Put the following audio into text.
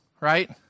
right